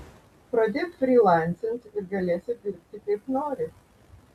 pradėk frylancint ir galėsi dirbti kaip nori